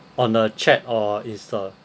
on a chat or Insta